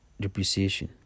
depreciation